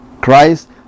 Christ